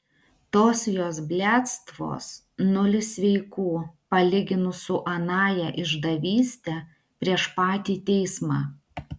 tos jos bliadstvos nulis sveikų palyginus su anąja išdavyste prieš patį teismą